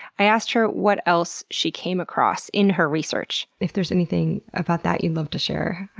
i asked her what else she came across in her research. if there's anything about that you'd love to share,